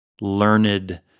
learned